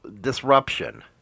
disruption